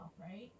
right